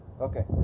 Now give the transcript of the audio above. Okay